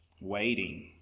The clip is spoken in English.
waiting